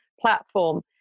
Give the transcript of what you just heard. Platform